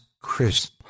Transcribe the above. Chris